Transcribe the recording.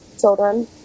children